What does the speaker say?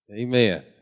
Amen